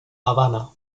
habana